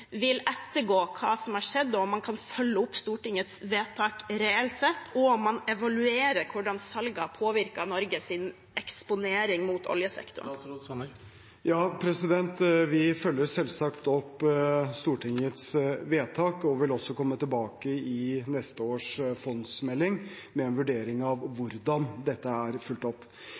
man kan følge opp Stortingets vedtak reelt sett, og om man evaluerer hvordan salget har påvirket Norges eksponering mot oljesektoren. Ja, vi følger selvsagt opp Stortingets vedtak og vil også komme tilbake i neste års fondsmelding med en vurdering av hvordan dette er fulgt opp.